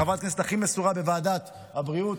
חברת הכנסת הכי מסורה בוועדת הבריאות.